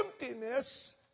emptiness